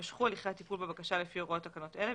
יימשכו הליכי הטיפול בבקשה לפי הוראות תקנות אלה,